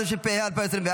התשפ"ה 2024,